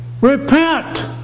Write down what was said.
Repent